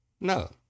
No